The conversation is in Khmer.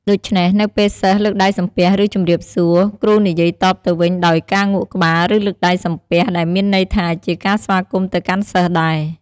ដូច្នេះ នៅពេលសិស្ស លើកដៃសំពះ ឬ ជម្រាបសួរ គ្រូនិយមតបទៅវិញដោយការងក់ក្បាល ឬ លើកដៃសំពះ ដែលមានន័យថាជាការស្វាគមន៍ទៅកាន់សិស្សដែរ។